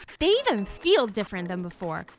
they even feel different than before,